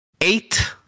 eight